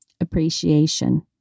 appreciation